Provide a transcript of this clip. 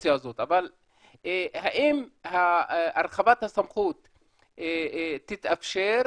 האופציה הזאת, האם הרחבת הסמכות תתאפשר?